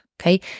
okay